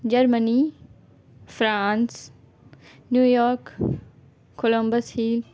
Germany France New York Columbus he